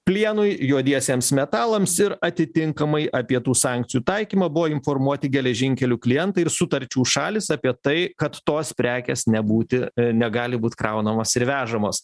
plienui juodiesiems metalams ir atitinkamai apie tų sankcijų taikymą informuoti geležinkelių klientai ir sutarčių šalys apie tai kad tos prekės nebūti negali būt kraunamos ir vežamos